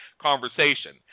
conversation